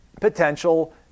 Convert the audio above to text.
potential